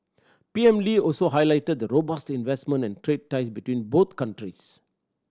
P M Lee also highlighted the robust investment and trade ties between both countries